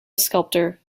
sculptor